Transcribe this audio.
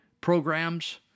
programs